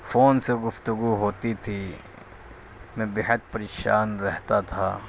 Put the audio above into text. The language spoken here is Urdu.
فون سے گفتگو ہوتی تھی میں بیحد پریشان رہتا تھا